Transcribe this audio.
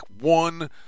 one